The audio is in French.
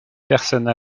personnes